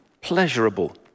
pleasurable